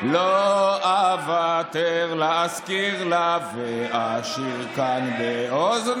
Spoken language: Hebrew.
"לא אוותר לה, / אזכיר לה, " אלעזר שטרן,